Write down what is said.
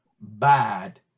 bad